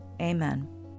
Amen